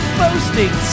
boasting